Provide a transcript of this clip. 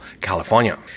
California